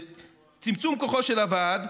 צמצום כוחו של הוועד,